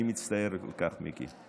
ואני מצטער על כך, מיקי.